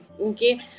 okay